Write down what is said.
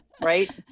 Right